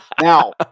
Now